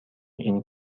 این